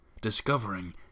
discovering